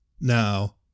Now